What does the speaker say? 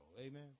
Amen